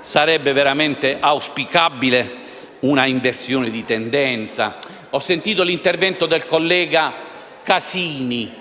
sarebbe veramente auspicabile un'inversione di tendenza. Ho sentito l'intervento del collega Casini,